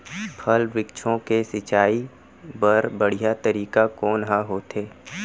फल, वृक्षों के सिंचाई बर बढ़िया तरीका कोन ह होथे?